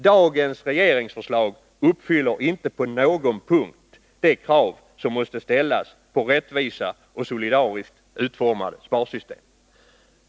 Dagens regeringsförslag uppfyller inte på någon punkt de krav som måste ställas på rättvisa och solidariskt utformade sparsystem.